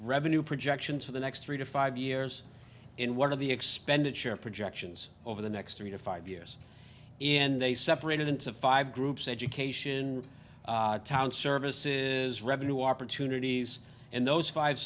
revenue projections for the next three to five years in one of the expenditure projections over the next three to five years and they separated into five groups education town services revenue opportunities and those five